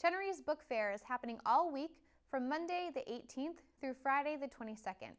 generous book fairs happening all week from monday the eighteenth through friday the twenty second